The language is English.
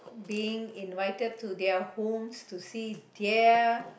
being invited to their homes to see their